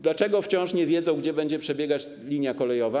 Dlaczego wciąż nie wiedzą, gdzie będzie przebiegać linia kolejowa?